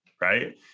right